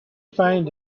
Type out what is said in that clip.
find